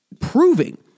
proving